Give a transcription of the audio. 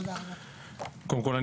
קודם כל,